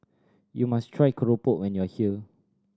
you must try keropok when you are here